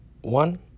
one